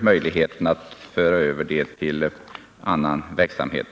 möjligen kan föras över till annan verksamhet.